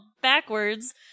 backwards